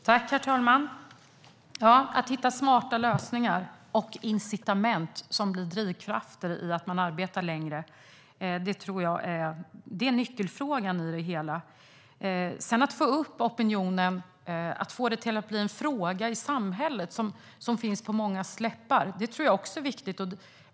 Herr talman! Att hitta smarta lösningar och incitament som blir drivkrafter till att arbeta längre tror jag är nyckelfrågan i det hela. Att sedan få upp opinionen och få det till att bli en samhällsfråga på mångas läppar tror jag också är viktigt.